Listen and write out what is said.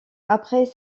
après